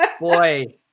Boy